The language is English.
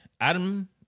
Adam